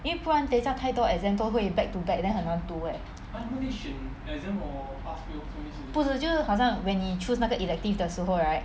不然等一下太多 exam 都会 back to back then 很难读 eh 不是就好像 when 你 choose 那个 elective 的时候 right